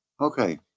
Okay